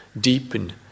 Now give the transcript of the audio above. deepen